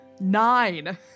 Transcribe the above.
Nine